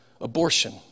Abortion